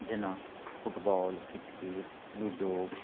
जेना फुटबॉल कितकित लूडो